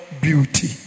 beauty